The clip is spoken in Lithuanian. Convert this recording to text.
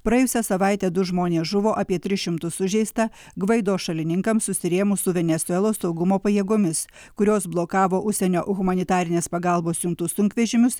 praėjusią savaitę du žmonės žuvo apie tris šimtus sužeista gvaido šalininkams susirėmus su venesuelos saugumo pajėgomis kurios blokavo užsienio humanitarinės pagalbos siuntų sunkvežimius